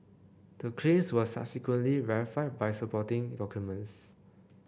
the claims were subsequently verified by supporting documents